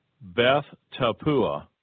Beth-Tapua